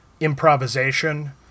improvisation